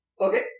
Okay